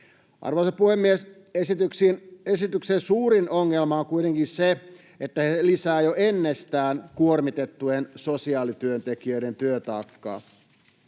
Arvoisa puhemies! Esityksen suurin ongelma on kuitenkin se, että se lisää jo ennestään kuormitettujen sosiaalityöntekijöiden työtaakkaa.